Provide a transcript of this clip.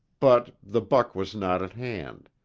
but the buck was not at hand,